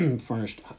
furnished